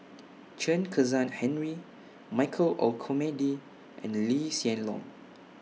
Chen Kezhan Henri Michael Olcomendy and Lee Hsien Loong